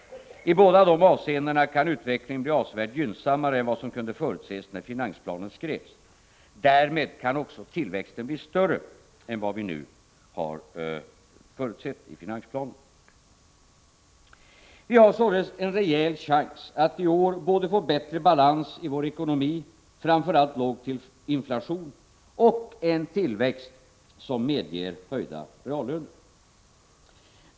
I båda dessa avseenden kan utvecklingen bli avsevärt gynnsammare än vad som kunde förutses när finansplanen skrevs. Därmed kan också tillväxten bli större än vad vi förutsett i finansplanen. Vi har således en rejäl chans att i år få både bättre balans i ekonomin, framför allt låg inflation, och en tillväxt som medger höjda reallöner.